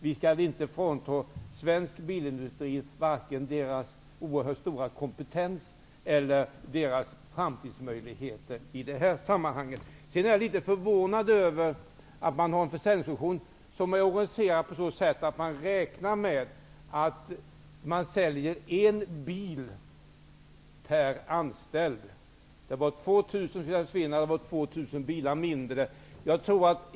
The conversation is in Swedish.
Vi skall inte frånta svensk bilindustri vare sig dess stora kompetens eller dess framtidsmöjligheter i det här sammanhanget. Jag är litet förvånad över att man har en försäljningsfunktion som är organiserad så att man räknar med att sälja en bil per anställd. Det var 2 000 arbetstillfällen som skulle försvinna, och det blev 2 000 bilar färre.